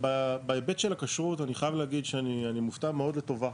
בהיבט של הכשרות אני חייב להגיד שאני מופתע מאוד לטובה,